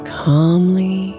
calmly